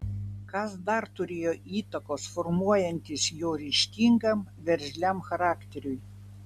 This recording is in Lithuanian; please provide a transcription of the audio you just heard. kas dar turėjo įtakos formuojantis jo ryžtingam veržliam charakteriui